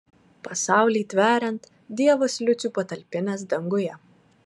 pasaulį tveriant dievas liucių patalpinęs danguje